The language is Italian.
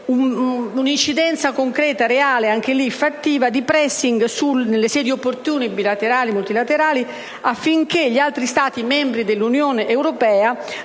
un concreto, reale e fattivo *pressing* sulle sedi opportune, bilaterali e multilaterali, affinché gli altri Stati membri dell'Unione europea